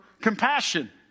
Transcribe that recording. compassion